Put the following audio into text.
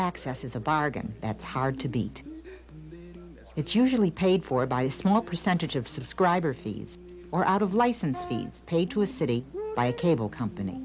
access is a bargain that's hard to beat it's usually paid for by a small percentage of subscriber fees or out of license fees paid to a city by a cable company